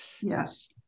Yes